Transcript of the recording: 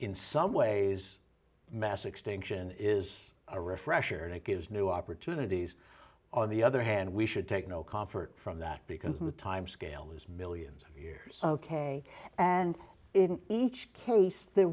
in some ways mass extinction is a refresher and it gives new opportunities on the other hand we should take no confort from that because the timescale is millions of years ok and in each case there